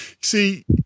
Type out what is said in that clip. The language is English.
See